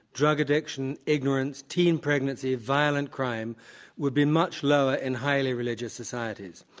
drug addiction, ignorance, teen pregnancies, violent crime would be much lower in highly religious societies.